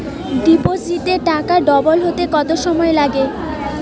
ডিপোজিটে টাকা ডবল হতে কত সময় লাগে?